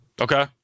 Okay